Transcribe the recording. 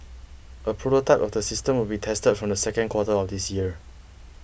a prototype of the system will be tested from the second quarter of this year